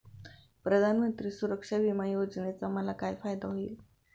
प्रधानमंत्री सुरक्षा विमा योजनेचा मला काय फायदा होईल?